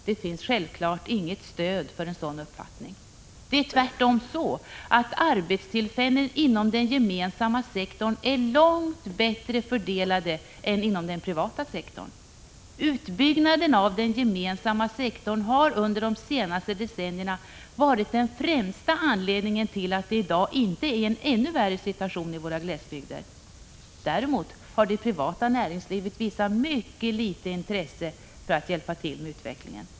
Det finns självfallet inget stöd för en sådan uppfattning. Det är tvärtom så, att arbetstillfällena inom den gemensamma sektorn är långt bättre fördelade än inom den privata sektorn. Utbyggnaden av den gemensamma sektorn har under de senaste decennierna varit den främsta anledningen till att det i dag inte är en ännu värre situation i våra glesbygder. Däremot har det privata näringslivet visat mycket litet intresse för att hjälpa till med utvecklingen.